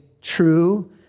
true